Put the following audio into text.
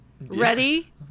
ready